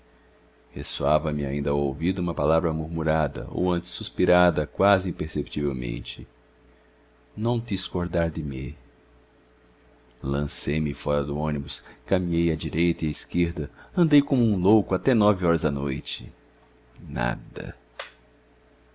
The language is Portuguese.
palavra murmurada ou antes suspirada quase imperceptivelmente non ti scordar di me lancei me fora do ônibus caminhei à direita e à esquerda andei como um louco até nove horas da noite nada